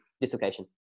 dislocation